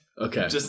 Okay